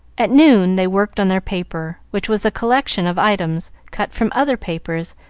at noon they worked on their paper, which was a collection of items, cut from other papers,